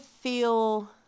feel